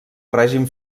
règim